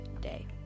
day